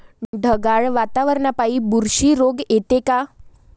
ढगाळ वातावरनापाई बुरशी रोग येते का?